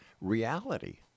reality